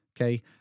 okay